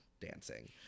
dancing